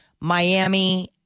Miami